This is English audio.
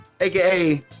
AKA